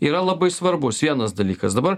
yra labai svarbus vienas dalykas dabar